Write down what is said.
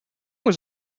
was